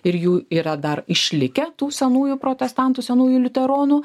ir jų yra dar išlikę tų senųjų protestantų senųjų liuteronų